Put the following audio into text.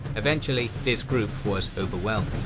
eventually this group was overwhelmed.